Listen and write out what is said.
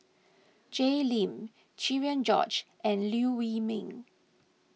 Jay Lim Cherian George and Liew Wee Mee